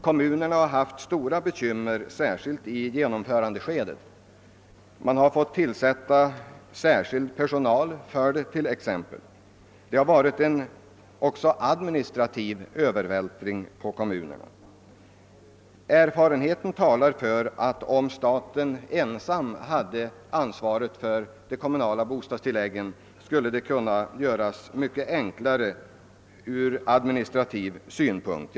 Kommunerna har haft stora bekymmer särskilt i genomförandeskedet, och man har exempelvis fått tillsätta särskild personal. Det har således också skett en administrativ övervältring på kommunerna. Erfarenheten talar för att systemet skulle ha kunnat göras mycket enklare i administrativt hänseende om staten ensam haft ansvaret för de kommunala bostadstilläggen.